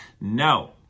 No